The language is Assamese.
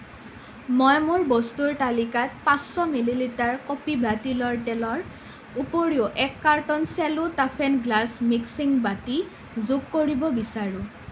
মই মোৰ বস্তুৰ তালিকাত পাঁচ মিলি লিটাৰ কপিভা তিলৰ তেলৰ উপৰিও এক carton Cello toughened glass mixing বাটি যোগ কৰিব বিচাৰোঁ